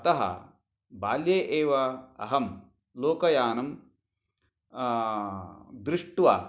बाल्ये एव अहं लोकयानं दृष्ट्वा